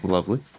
Lovely